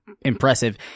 impressive